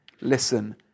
listen